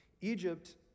Egypt